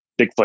bigfoot